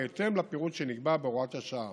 בהתאם לפירוט שנקבע בהוראת השעה.